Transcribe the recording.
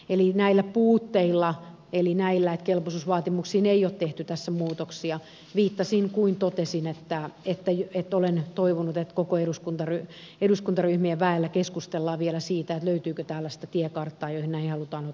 eli näihin puutteisiin näihin että kelpoisuusvaatimuksiin ei ole tehty tässä muutoksia viittasin kun totesin että olen toivonut että koko eduskuntaryhmien väellä keskustellaan vielä siitä löytyykö tällaista tiekarttaa jossa näihin halutaan ottaa kiinni